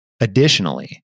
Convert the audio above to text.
additionally